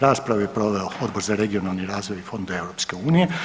Raspravu je proveo Odbor za regionalni razvoj i fondove EU.